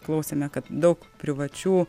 klausėme kad daug privačių